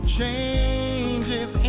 changes